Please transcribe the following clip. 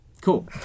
Cool